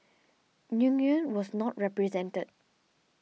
Nguyen was not represented